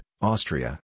Austria